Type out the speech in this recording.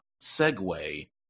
segue